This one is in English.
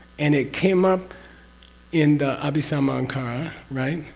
and it came up in the abhisamayalankara, right?